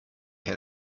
had